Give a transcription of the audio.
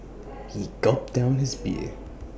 he gulped down his beer